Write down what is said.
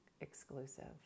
exclusive